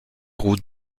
route